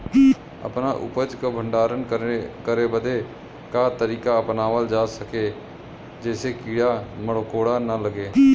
अपना उपज क भंडारन करे बदे का तरीका अपनावल जा जेसे कीड़ा मकोड़ा न लगें?